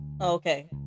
okay